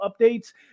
updates